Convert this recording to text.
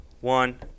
one